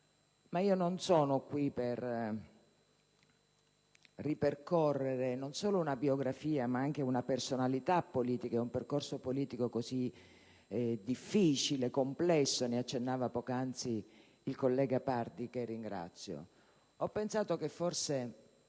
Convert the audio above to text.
io non sono qui per ripercorrere solo una biografia, ma anche per ricordare una personalità politica, con un percorso politico difficile e complesso, cui accennava poc'anzi il collega Pardi, che ringrazio. Ho pensato che forse